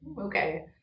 Okay